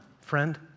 friend